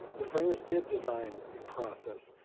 the framers did design a process,